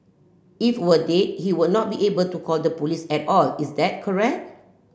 if were dead he would not be able to call the police at all is that correct